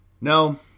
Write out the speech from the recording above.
No